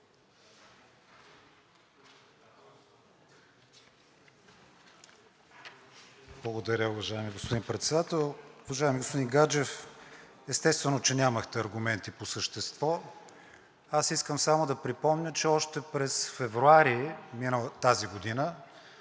Благодаря, уважаеми господин Председател. Уважаеми господин Гаджев, естествено, че нямахте аргументи по същество. Аз искам само да припомня, че още през февруари тази година